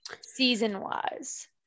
season-wise